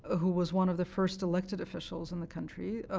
who was one of the first elected officials in the country.